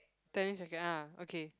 tennis racket ah okay